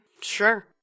Sure